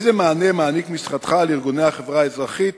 איזה מענה מעניק משרדך לארגוני החברה האזרחית,